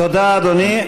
תודה, אדוני.